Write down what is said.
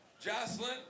Jocelyn